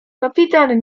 kapitan